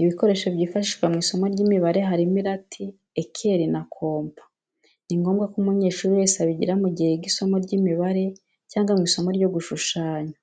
Ibikoresho byifashishwa mu isomo ry'imibareharimo irati, ekeri, na kompa, ni ngombwa ko umunyeshuri wese abigira mu gihe yiga isomo ry'imibare cyangwa mu isomo ryo gushushanya.